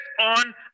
on